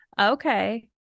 Okay